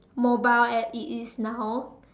mobile as it is now